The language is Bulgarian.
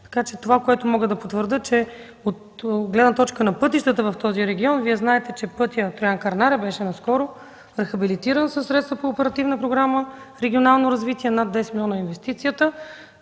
Това, което мога да потвърдя е от гледна точка на пътищата в този регион. Вие знаете, че пътят Троян-Кърнаре беше наскоро рехабилитиран със средства по Оперативна програма „Регионално развитие”. Над 10 милиона е инвестицията.